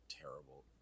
Terrible